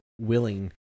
willing